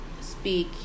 speak